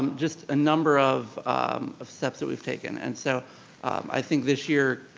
um just a number of of steps that we've taken and so i think this year